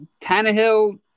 Tannehill